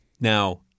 Now